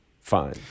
fine